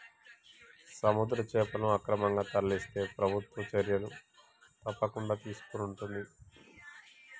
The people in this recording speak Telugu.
సముద్ర చేపలను అక్రమంగా తరలిస్తే ప్రభుత్వం చర్యలు తప్పకుండా తీసుకొంటది